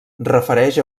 refereix